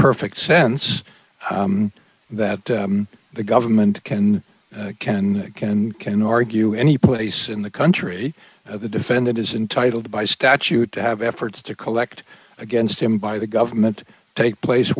perfect sense that the government can can can and can argue any place in the country that the defendant is entitled by statute to have efforts to collect against him by the government take place